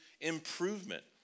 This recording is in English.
improvement